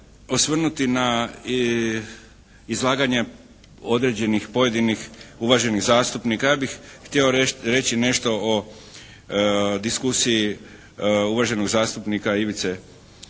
osvrnuti na izlaganje određenih pojedinih uvaženih zastupnika. Ja bih htio reći nešto o diskusiji uvaženog zastupnika Ivice